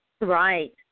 Right